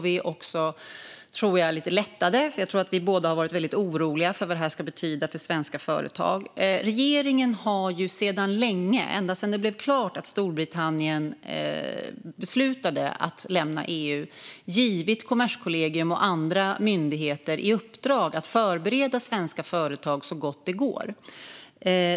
Vi är nog också lite lättade, för jag tror att vi båda har varit väldigt oroliga för vad det här ska betyda för svenska företag. Regeringen har ju sedan länge, ända sedan Storbritannien beslutade att lämna EU, givit Kommerskollegium och andra myndigheter i uppdrag att förbereda svenska företag så gott det går.